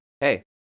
hey